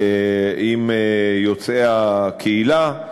עם יוצאי הקהילה.